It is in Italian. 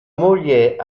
moglie